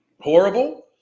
horrible